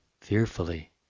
fearfully